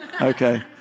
Okay